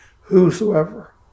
whosoever